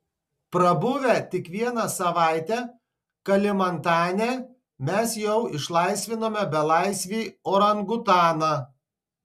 prabuvę tik vieną savaitę kalimantane mes jau išlaisvinome belaisvį orangutaną